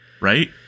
right